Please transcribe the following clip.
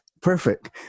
Perfect